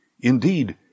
Indeed